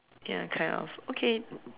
ya kind of okay